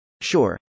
Sure